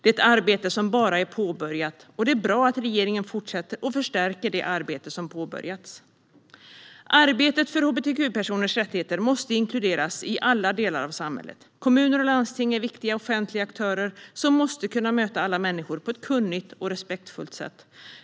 Detta är ett arbete som bara är påbörjat, och det är bra att regeringen fortsätter och förstärker det. Arbetet för hbtq-personers rättigheter måste inkluderas i alla delar av samhället. Kommuner och landsting är viktiga offentliga aktörer som måste kunna möta alla människor på ett kunnigt och respektfullt sätt.